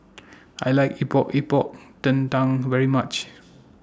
I like Epok Epok Kentang very much